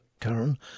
Karen